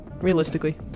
realistically